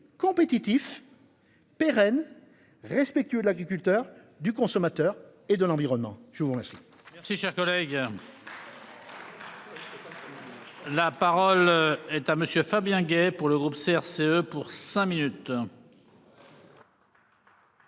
compétitif. Pérenne. Respectueux de l'agriculteur du consommateur et de l'environnement. Je vous remercie.